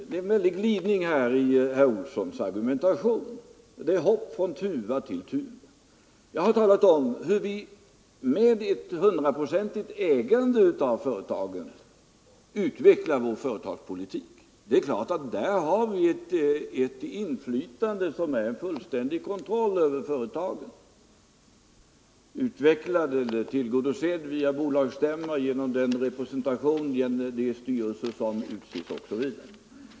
Herr talman! Det är en väldig glidning i herr Olssons argumentation. Det är hopp från tuva till tuva. Jag har talat om hur vi med ett hundraprocentigt ägande av företagen utvecklar vår företagspolitik. Det är klart att vi där har ett inflytande som innebär fullständig kontroll över företagen, tillgodosedd via bolagsstämma, styrelserepresentation, osv.